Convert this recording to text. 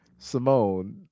Simone